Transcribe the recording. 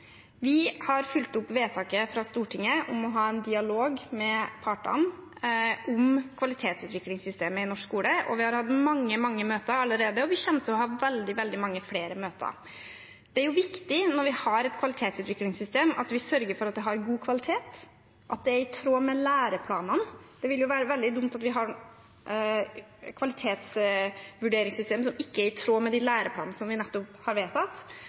Vi har fulgt opp vedtaket fra Stortinget om å ha en dialog med partene om kvalitetsutviklingssystemet i norsk skole. Vi har hatt mange møter allerede, og vi kommer til å ha veldig mange flere møter. Det er viktig når vi har et kvalitetsutviklingssystem, at vi sørger for at det har god kvalitet, at det er i tråd med læreplanene. Det ville være veldig dumt om vi har kvalitetsvurderingssystem som ikke er i tråd med de læreplanene som vi nettopp har vedtatt,